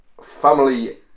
family